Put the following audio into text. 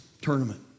tournament